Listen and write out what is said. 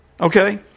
okay